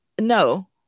No